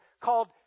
called